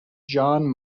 john